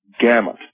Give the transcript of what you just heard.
gamut